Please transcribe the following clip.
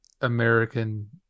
American